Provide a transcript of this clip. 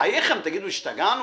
בחייכם, השתגענו?